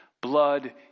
blood